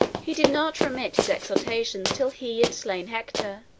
he did not remit his exertions till he had slain hector,